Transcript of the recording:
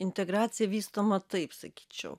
integracija vystoma taip sakyčiau